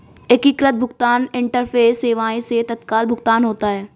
एकीकृत भुगतान इंटरफेस सेवाएं से तत्काल भुगतान होता है